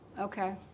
Okay